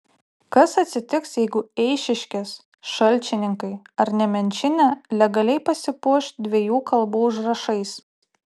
kas atsitiks jeigu eišiškės šalčininkai ar nemenčinė legaliai pasipuoš dviejų kalbų užrašais